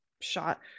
shot